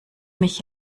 mich